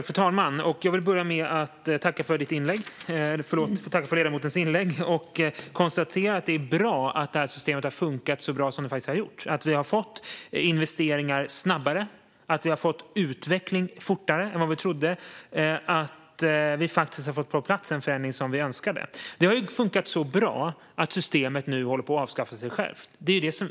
Fru talman! Jag vill börja med att tacka ledamoten för hans inlägg och konstatera att det är bra att detta system har funkat så bra som det faktiskt har gjort. Vi har fått investeringar snabbare och utveckling fortare än vad vi trodde, och vi har faktiskt fått en förändring som vi önskade på plats. Det har funkat så bra att systemet nu håller på att avskaffa sig självt.